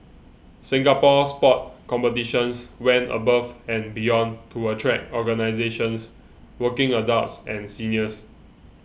Singapore Sport Competitions went above and beyond to attract organisations working adults and seniors